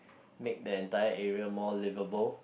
make the entire area more liveable